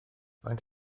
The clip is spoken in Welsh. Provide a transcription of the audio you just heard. faint